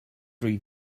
rhy